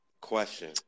Question